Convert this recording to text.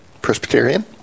Presbyterian